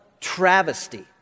travesty